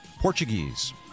Portuguese